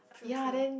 ya then